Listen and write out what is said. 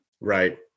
Right